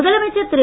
முதலமைச்சர் திரு